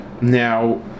Now